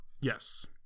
Yes